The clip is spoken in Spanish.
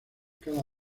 cada